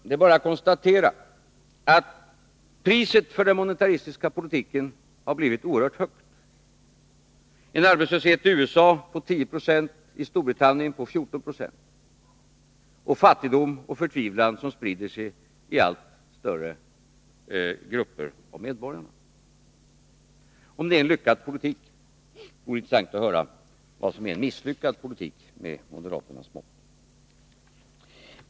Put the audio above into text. Det är bara att konstatera att priset för den monetaristiska politiken har blivit oerhört högt: en arbetslöshet i USA på 10 96, i Storbritannien på 14 96 och fattigdom och förtvivlan som sprider sig i allt större grupper av medborgarna. Om det är en lyckad politik, vore det intressant att höra vad som är misslyckad politik, mätt med moderaternas mått.